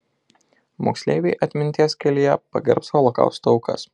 moksleiviai atminties kelyje pagerbs holokausto aukas